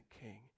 king